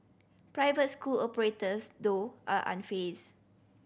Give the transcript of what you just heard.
private school operators though are unfazed